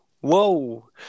whoa